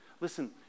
Listen